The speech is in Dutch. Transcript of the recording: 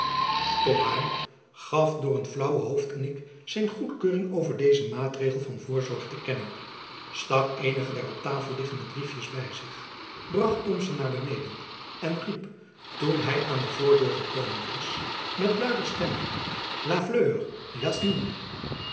gaf door een flaauwen hoofdknik zijn goedkeuring over dezen maatregel van voorzorg te kennen stak eenige der op tafel liggende briefjens by zich bracht thomson naar beneden en riep toen hy aan de voordeur gekomen was met luider stemme la fleur